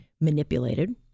manipulated